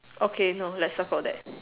okay no let's not call that